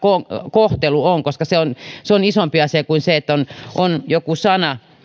kohtelu on koska se on se on isompi asia kuin se että on on joku sana